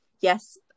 yes